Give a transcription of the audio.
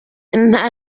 nta